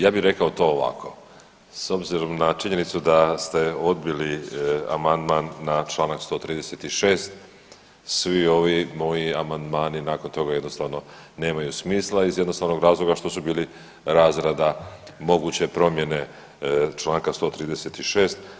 Ja bi rekao to ovako, s obzirom na činjenicu da ste odbili amandman na čl. 136, svi ovi moji amandmani nakon toga jednostavno nemaju smisla iz jednostavnog razloga što su bili razrada moguće promjene čl. 136.